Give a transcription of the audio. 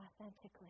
authentically